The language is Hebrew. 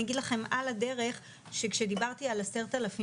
אני אגיד לכם על הדרך שכשדיברתי על 10,700,